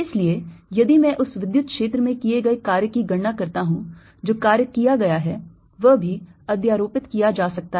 इसलिए यदि मैं उस विद्युत क्षेत्र में किए गए कार्य की गणना करता हूं जो कार्य किया गया है वह भी अध्यारोपित किया जा सकता है